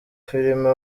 filime